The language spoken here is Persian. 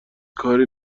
کاری